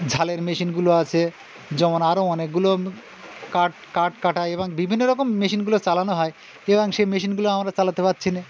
ঝালের মেশিনগুলো আছে যেমন আরও অনেকগুলো কাঠ কাঠ কাটা এবং বিভিন্ন রকম মেশিনগুলো চালানো হয় এবং সেই মেশিনগুলো আমরা চালাতে পারছি না